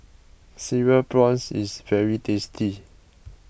Cereal Prawns is very tasty